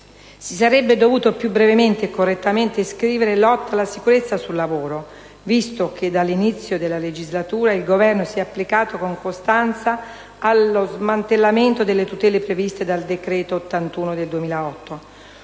si sarebbe dovuto più brevemente e correttamente scrivere lotta alla sicurezza sul lavoro, visto che dall'inizio della legislatura il Governo si è applicato con costanza solo allo smantellamento delle tutele previste dal decreto legislativo